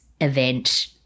event